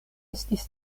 estis